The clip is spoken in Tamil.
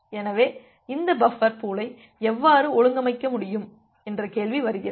எனவே இந்த பஃபர் பூலை எவ்வாறு ஒழுங்கமைக்க முடியும் என்ற கேள்வி வருகிறது